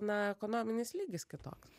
na ekonominis lygis kitoks